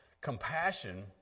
Compassion